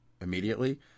immediately